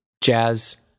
jazz